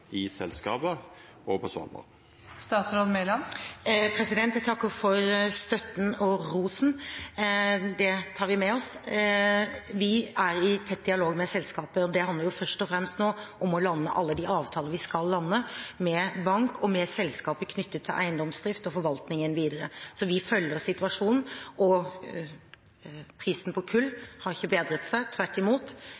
i selskapet og på Svalbard? Jeg takker for støtten og rosen. Det tar vi med oss. Vi er i tett dialog med selskapet, og det handler først og fremst nå om å lande alle de avtaler vi skal lande, med bank og med selskaper knyttet til eiendomsdrift og forvaltningen videre. Så vi følger situasjonen. Prisen på kull har ikke bedret seg – tvert imot.